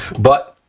but,